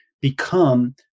become